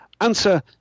answer